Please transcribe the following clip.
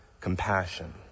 compassion